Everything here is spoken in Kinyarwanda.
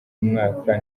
umwaka